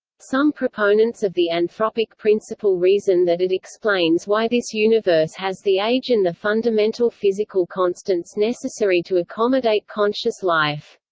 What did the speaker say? some proponents of the anthropic principle reason that it explains why this universe has the age and the fundamental physical constants necessary to accommodate conscious life.